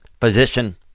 physician